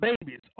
babies